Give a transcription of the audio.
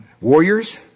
warriors